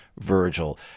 Virgil